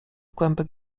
kłębek